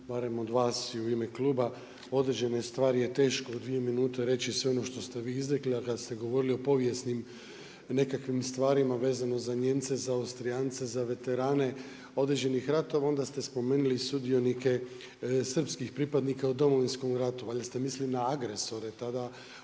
barem od vas i u ime kluba. Određene stvari je teško u 2 minute reći sve ono što ste vi izrekli, a kad ste govorili o povijesnim nekakvim stvarima, vezano za Nijemce, za Austrijance, za veterane, određenih ratova, onda ste spomenuli sudionike srpskih pripadnika u Domovinskom ratu. Valjda ste mislili na agresore tada u Domovinskom